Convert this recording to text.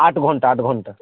আট ঘন্টা আট ঘন্টা